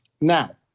Now